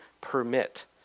permit